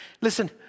Listen